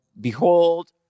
behold